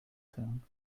tone